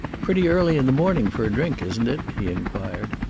pretty early in the morning for a drink, isn't it? he inquired.